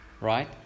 right